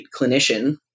clinician